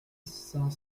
cinq